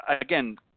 Again